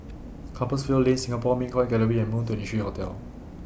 Compassvale Lane Singapore Mint Coin Gallery and Moon twenty three Hotel